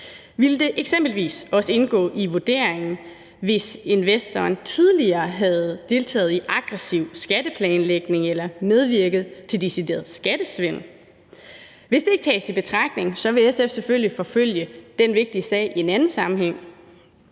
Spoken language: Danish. Vil det eksempelvis også indgå i vurderingen, hvis investoren tidligere havde deltaget i aggressiv skatteplanlægning eller medvirket til decideret skattesvindel? Hvis det ikke tages i betragtning, vil SF selvfølgelig forfølge den vigtige sag i en anden sammenhæng.